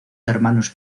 hermanos